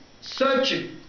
searching